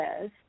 says